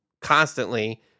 constantly